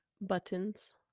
buttons